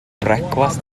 brecwast